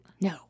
no